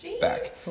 back